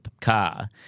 car